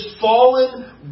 fallen